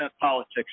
politics